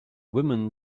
women